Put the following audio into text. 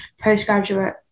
postgraduate